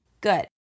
Good